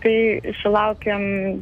tai sulaukiam